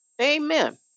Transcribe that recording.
amen